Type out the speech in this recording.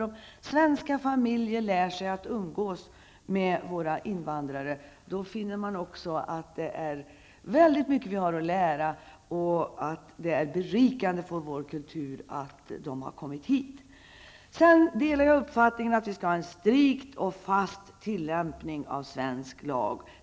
Om svenska familjer lär sig att umgås med våra invandrare, finner man också att det är väldigt mycket vi har att lära och att det är berikande för vår kultur att de har kommit hit. Sedan delar jag uppfattningen att vi skall ha en strikt och fast tillämpning av svensk lag.